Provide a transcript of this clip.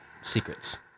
secrets